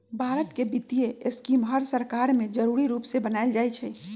भारत के वित्तीय स्कीम हर सरकार में जरूरी रूप से बनाएल जाई छई